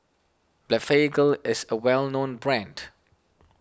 Blephagel is a well known brand